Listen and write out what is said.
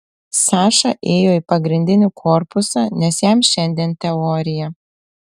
saša ėjo į pagrindinį korpusą nes jam šiandien teorija